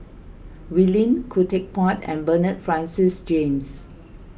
Wee Lin Khoo Teck Puat and Bernard Francis James